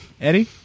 Eddie